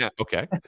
okay